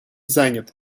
занят